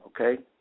okay